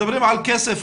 מדברים על כסף.